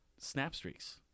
Snapstreaks